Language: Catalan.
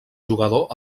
jugador